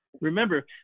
remember